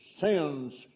sins